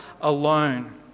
alone